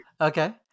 Okay